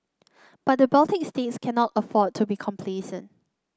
but the Baltic states cannot afford to be complacent